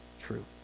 true